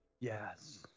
Yes